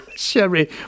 Sherry